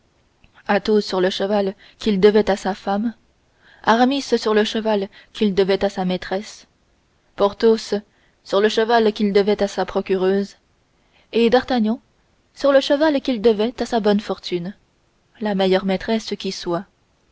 athos sur le cheval qu'il devait à sa femme aramis sur le cheval qu'il devait à sa maîtresse porthos sur le cheval qu'il devait à sa procureuse et d'artagnan sur le cheval qu'il devait à sa bonne fortune la meilleure maîtresse qui soit